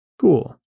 Cool